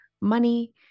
money